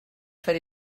fer